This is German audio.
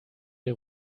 wir